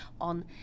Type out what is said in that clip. on